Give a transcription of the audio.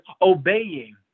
obeying